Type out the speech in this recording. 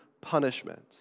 punishment